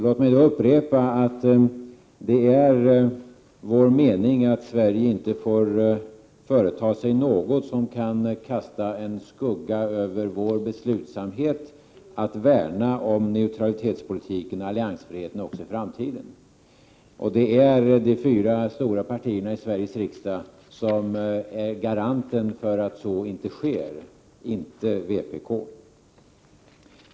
Låt mig upprepa att vår mening är att Sverige inte får företa sig något som kan kasta en skugga över vårt lands beslutsamhet att också i framtiden värna om neutralitetspolitiken och alliansfriheten. Det är de fyra stora partierna i Sveriges riksdag som är garanten för detta — inte vpk.